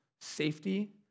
safety